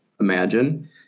imagine